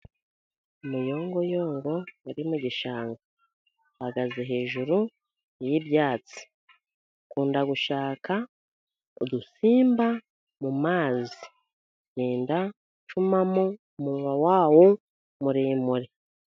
Umuyongoyongo uri mu gishanga. Uhagaze hejuru y'ibyatsi, ukunda gushaka udusimba mu mazi. Ugenda ucumamo umunwa wawo muremure.